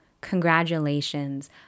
Congratulations